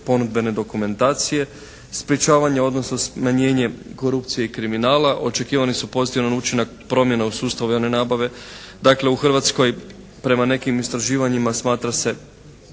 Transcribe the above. ponudbene dokumentacije, sprječavanje odnosa smanjenjem korupcije i kriminala, očekivani su pozitivan učinak promjene u sustavu javne nabave. Dakle u Hrvatskoj prema nekim istraživanjima smatra se